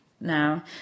now